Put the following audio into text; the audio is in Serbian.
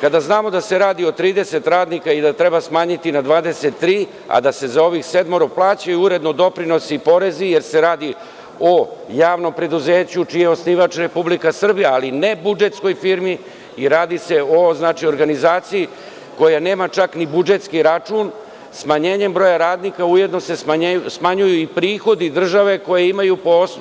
Kada znamo da se radi o 30 radnika i da treba smanjiti na 23, a da se za ovih sedmoro plaćaju uredno doprinosi i porezi jer se radi o javnom preduzeću čiji je osnivač Republika Srbija ali ne budžetskoj firmi i radi se o organizaciji koja nema čak ni budžetski račun, smanjenjem broja radnika ujedno se smanjuju i prihodi države